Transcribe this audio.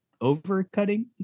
overcutting